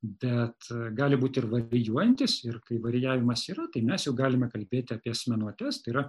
bet gali būti ir varijuojantis ir kai varijavimas yra tai mes jau galime kalbėti apie asmenuotes tai yra